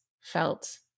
felt